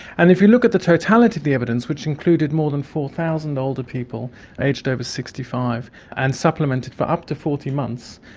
and if you look at the totality of the evidence, which included more than four thousand older people aged over sixty five and supplemented for up to forty months,